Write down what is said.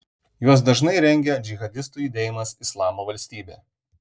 juos dažnai rengia džihadistų judėjimas islamo valstybė